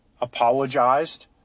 apologized